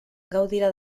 gaudirà